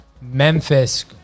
Memphis